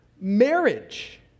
marriage